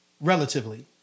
relatively